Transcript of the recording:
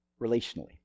relationally